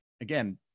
Again